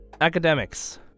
Academics